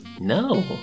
No